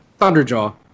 thunderjaw